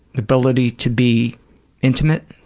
ability to be intimate?